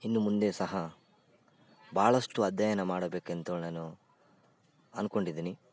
ಇನ್ನು ಮುಂದೆ ಸಹ ಭಾಳಷ್ಟು ಅಧ್ಯಯನ ಮಾಡಬೇಕು ಎನ್ತೊಳೆನು ಅನ್ಕೊಂಡಿದ್ದೀನಿ